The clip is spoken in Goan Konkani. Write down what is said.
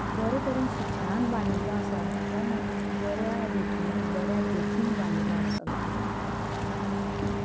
बरे तरेन शिक्षणांत बांदिल्लो आसा तो मनीस बऱ्या रितीनी बऱ्या देखीन बांदिल्लो आसतलो आनी